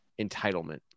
entitlement